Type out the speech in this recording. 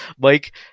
Mike